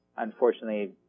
unfortunately